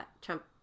Trump